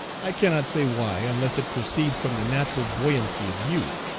i cannot say why, unless it proceeds from the natural buoyancy of youth,